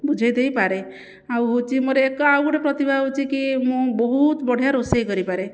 ବୁଝାଇ ଦେଇପାରେ ଆଉ ହେହଉଛି ମୋର ଏକ ଆଉ ଗୋଟିଏ ପ୍ରତିଭା ହେଉଛି କି ମୁଁ ବହୁତ ବଢ଼ିଆ ରୋଷେଇ କରିପାରେ